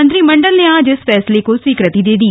मंत्रिमंडल ने आज इस फैसले को स्वीकृति दे दी